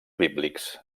bíblics